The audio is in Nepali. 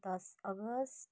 दस अगस्ट